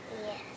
Yes